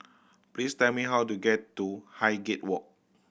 please tell me how to get to Highgate Walk